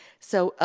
so, ah,